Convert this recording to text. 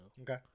Okay